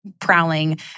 prowling